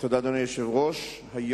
אדוני היושב-ראש, תודה.